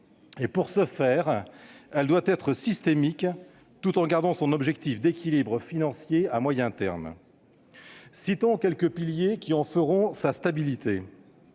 Pour ce faire, cette réforme doit être systémique, tout en gardant son objectif d'équilibre financier à moyen terme. Citons quelques piliers qui en feront la stabilité